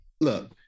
look